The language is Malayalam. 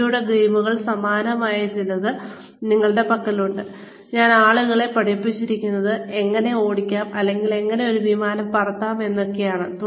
എങ്ങനെ ഒരു വിമാനം ഓടിക്കാം പറത്താം എന്ന് ഞാൻ ആളുകളെ പഠിപ്പിച്ചിരുന്ന വീഡിയോ ഗെയിമുകൾക്ക് സമാനമായ ചിലത് നിങ്ങളുടെ പക്കലുണ്ട്